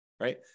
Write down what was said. Right